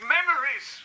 Memories